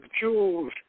jewels